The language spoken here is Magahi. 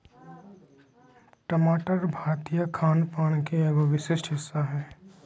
टमाटर भारतीय खान पान के एगो विशिष्ट हिस्सा हय